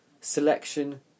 selection